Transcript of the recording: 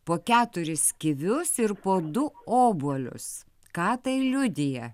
po keturis kivius ir po du obuolius ką tai liudija